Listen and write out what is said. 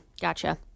gotcha